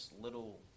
little